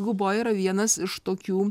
guboja yra vienas iš tokių